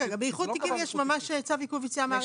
באיחוד תיקים יש ממש צו עיכוב יציאה מהארץ בילד אין.